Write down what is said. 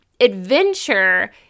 Adventure